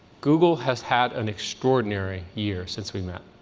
google has had an extraordinary year since we met.